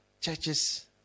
churches